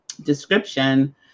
description